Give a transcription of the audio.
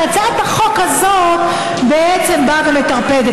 והצעת החוק הזאת בעצם באה ומטרפדת.